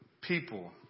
people